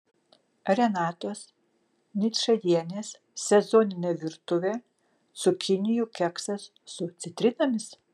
renatos ničajienės sezoninė virtuvė cukinijų keksas su citrinomis